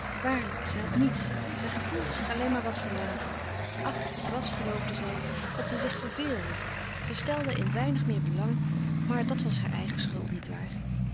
waarlijk zij had niets zij gevoelde zich alleen maar wat verlaten ach het was geloofde zij dat ze zich verveelde ze stelde in weinig meer belang maar dat was haar eigen schuld niet waar